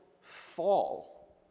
fall